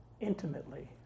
intimately